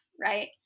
right